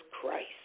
Christ